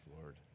Lord